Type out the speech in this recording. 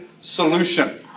solution